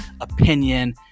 opinion